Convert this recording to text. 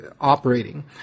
operating